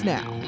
Now